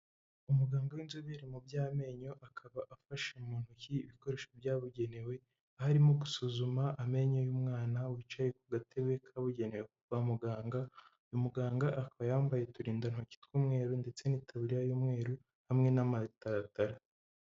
Umuganga w'inzobere mu by'amenyo akaba afashe mu ntoki ibikoresho byabugenewe aho arimo gusuzuma amenyo y'umwana wicaye ku gatebe kabugenewe kwa muganga. Uyu muganga akaba yambaye uturindantoki tw'umweru ndetse n'itaburiya y'umweru hamwe n'amataratara.